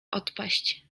odpaść